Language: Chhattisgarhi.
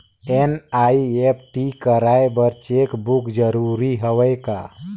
एन.ई.एफ.टी कराय बर चेक बुक जरूरी हवय का?